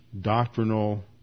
doctrinal